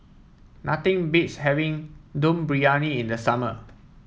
nothing beats having Dum Briyani in the summer